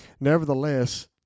nevertheless